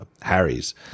Harry's